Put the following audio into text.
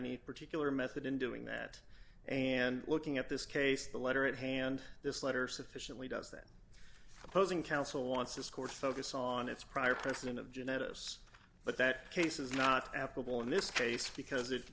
any particular method in doing that and looking at this case the letter at hand this letter sufficiently does that opposing counsel wants this court focus on its prior precedent of geneticists but that case is not affable in this case because it